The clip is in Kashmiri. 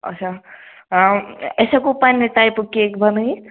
اَچھا أسۍ ہٮ۪کو پنٕنہِ ٹایپُک کیک بَنٲوِتھ